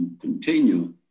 continue